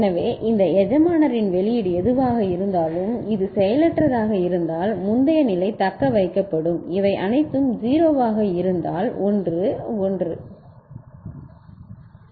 எனவே இந்த எஜமானரின் வெளியீடு எதுவாக இருந்தாலும் இது செயலற்றதாக இருந்தால் முந்தைய நிலை தக்கவைக்கப்படும் இவை அனைத்தும் 0 ஆக இருந்தால் 1 1